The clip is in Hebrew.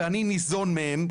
ואני ניזון מהם.